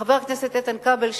חבר הכנסת איתן כבל,